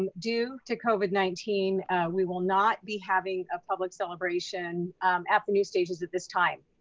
um due to covid nineteen we will not be having a public celebration at the new stations at this time.